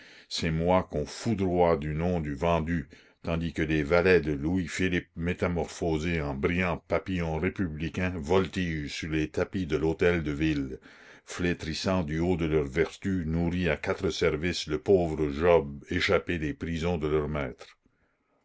c'est moi qu'on foudroie du nom de vendu tandis que les valets de louis-philippe métamorphosés en brillants papillons républicains voltigent sur les tapis de l'hôtel-de-ville flétrissant du haut de leur vertu nourrie à quatre services le pauvre job échappé des prisons de leur maître